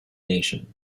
nation